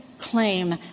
Claim